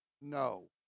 no